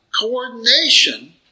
coordination